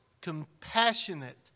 compassionate